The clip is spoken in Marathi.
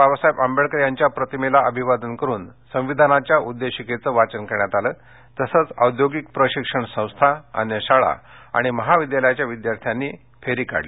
बाबासाहेब आंबेडकर यांच्या प्रतिमेला अभिवादन करुन संविधानाच्या उद्देशिकेचे वाचन करण्यात आलं तसच औद्योगिक प्रशिक्षण संस्था अन्य शाळा आणि महाविद्यालयाच्या विद्यार्थ्यांनी रॅली काढली